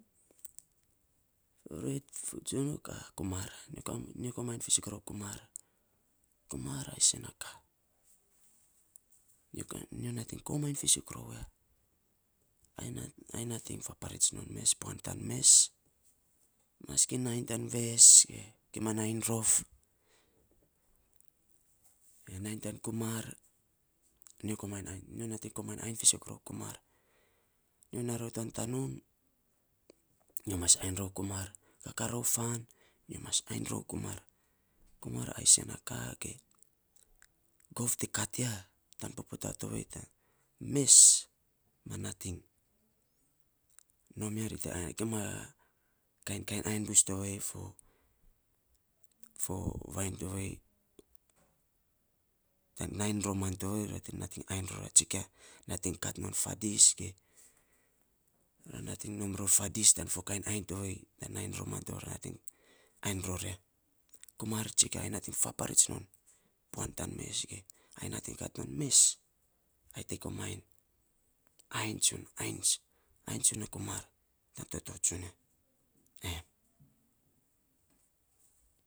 Orait, fo jo na kaa kumar, nyo kam komainy fiisok rou kumar, kumar a isen na kaa, nyo kan nyo kaa nating komainy fiisok rou ya. Ai ai nating faporits non, mes puan tan mes maski nainy tan ves ge gima nainy rof, ge nainy tan kumar, nyo komainy nai nyo nating komainy ainy fiisok rou kumar. Nyo naa rou tan tanun nyo mas ainy rou kumar kaa rou fan nyo mas ainy rou, kumar a isen na kaa ge gov te kat ya tan puputa ta tovei ta mes ma nating nom ya ri te ain ya gima kain kain ainy bus tovei fo fo vainy tovei tan nainy roman tovei ri nating ror ya, tsikia, nating kat non faadis ge ra nating nom ror faadis tan fo kainy ainy tovei tan nainy roman to ra nating aniy ror ya, kumar tsikia, ai natong faparits non puan tan mes ge ai nating kat non mes ai te komaing ainy tsun, ainy tsun, ainy tsun non kumat tan toto tsunia em.